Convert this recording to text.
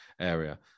area